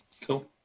Cool